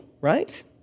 right